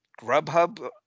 Grubhub